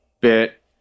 bit